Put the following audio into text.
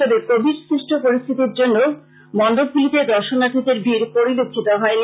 তবে কোভিড সৃষ্ট পরিস্থিতির জন্য মন্ডপগুলিতে দর্শনার্থীদের ভীড় পরিলক্ষিত হয়নি